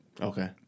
Okay